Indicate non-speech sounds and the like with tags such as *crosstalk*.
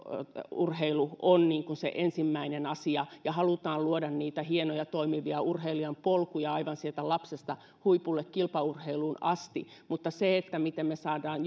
urheilu on se ensimmäinen asia ja halutaan luoda niitä hienoja toimivia urheilijanpolkuja aivan sieltä lapsesta huipulle kilpaurheiluun asti mutta siihen miten me saamme *unintelligible*